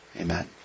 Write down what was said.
Amen